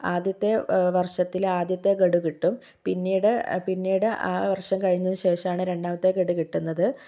ആദ്യത്തെ വർഷത്തിൽ ആദ്യത്തെ ഗഡു കിട്ടും പിന്നീട്പിന്നീട് ആ വർഷം കഴിഞ്ഞതിനു ശേഷമാണ് രണ്ടാമത്തെ ഗഡു കിട്ടുന്നത്